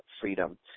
freedom